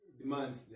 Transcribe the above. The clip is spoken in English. demands